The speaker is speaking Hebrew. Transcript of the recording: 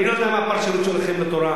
אני לא יודע מה הפרשנות שלכם בתורה.